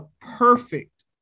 perfect